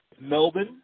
Melbourne